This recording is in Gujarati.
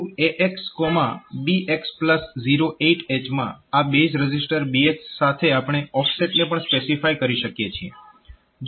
MOV AX BX 08H માં આ બેઝ રજીસ્ટર BX સાથે આપણે ઓફસેટને પણ સ્પેસિફાય કરી શકીએ છીએ